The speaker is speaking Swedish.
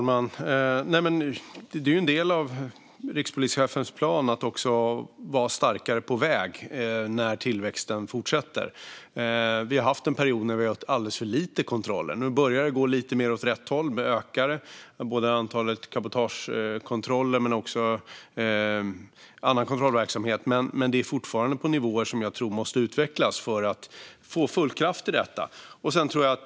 Fru talman! Det är en del av rikspolischefens plan att vara starkare på väg när tillväxten fortsätter. Vi har haft en period när vi har haft alldeles för lite kontroller. Nu börjar det gå lite mer åt rätt håll. Nu ökar både antalet cabotagekontroller och annan kontrollverksamhet. Men det är fortfarande på nivåer som jag tror måste utvecklas för att få full kraft i detta.